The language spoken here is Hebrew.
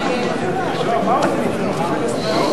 חבר הכנסת נחמן שי לסעיף 37,